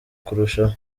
kurushaho